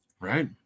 Right